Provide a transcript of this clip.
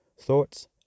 thoughts